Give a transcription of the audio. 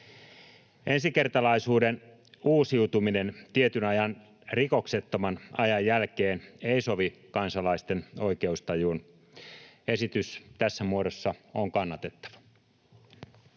Ensikertalaisuuden uusiutuminen tietyn ajan rikoksettoman ajan jälkeen ei sovi kansalaisten oikeustajuun. Esitys tässä muodossa on kannatettava.